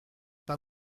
pas